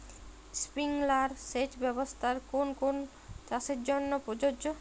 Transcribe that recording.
Sprinkler সেচ ব্যবস্থার কোন কোন চাষের জন্য প্রযোজ্য?